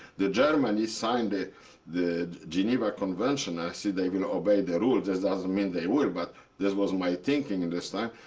germany signed ah the geneva convention. i said, they will obey the rules. that doesn't mean they would. but this was my thinking in this time.